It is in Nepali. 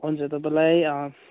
हुन्छ तपाईँलाई